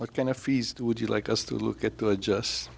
what kind of fees would you like us to look at good just